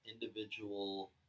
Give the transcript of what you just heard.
individual